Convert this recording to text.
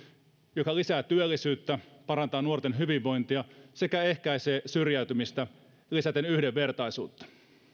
joka lisää työllisyyttä parantaa nuorten hyvinvointia sekä ehkäisee syrjäytymistä lisäten yhdenvertaisuutta